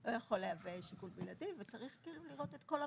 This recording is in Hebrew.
לא יכול להוות שיקול בלעדי וצריך לראות את כל המכלול.